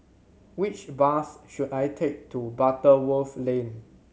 which bus should I take to Butterworth Lane